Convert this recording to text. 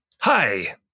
Hi